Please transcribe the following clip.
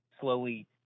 slowly